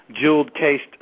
jeweled-cased